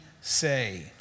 say